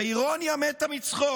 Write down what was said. האירוניה מתה מצחוק.